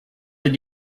did